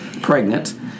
pregnant